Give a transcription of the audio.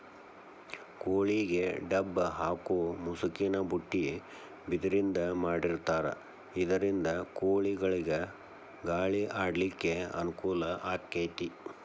ಕೋಳಿಗೆ ಡಬ್ಬ ಹಾಕು ಮುಸುಕಿನ ಬುಟ್ಟಿ ಬಿದಿರಿಂದ ಮಾಡಿರ್ತಾರ ಇದರಿಂದ ಕೋಳಿಗಳಿಗ ಗಾಳಿ ಆಡ್ಲಿಕ್ಕೆ ಅನುಕೂಲ ಆಕ್ಕೆತಿ